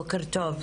בוקר טוב.